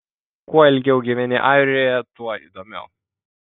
kuo ilgiau gyveni airijoje tuo įdomiau